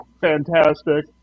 fantastic